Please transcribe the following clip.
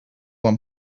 one